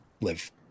live